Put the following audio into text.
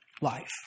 life